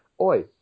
Oi